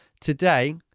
Today